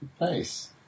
Nice